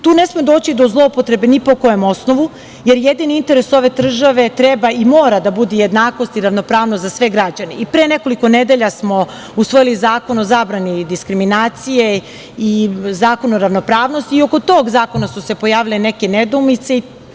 Tu ne sme doći do zloupotrebe ni po kojem osnovu jer jedini interes ove države treba i mora da bude jednakost i ravnopravnost za sve građane i pre nekoliko nedelja smo usvojili zakon o zabrani diskriminacije, i Zakon o ravnopravnosti, i oko tog zakona su se pojavile neke nedoumice.